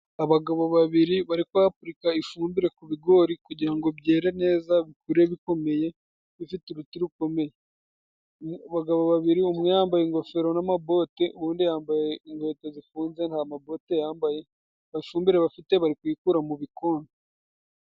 Abagabo babiri bari kwapurika ifumbire ku bigori kugira ngo byere neza, bikure bikomeye bifite uruti rukomeye. Abagabo babiri umwe yambaye ingofero n'amabote, uwundi yambaye inkweto zifunze nta mabote yambaye, ifumbire bafite bari kuyikura mu bikombe.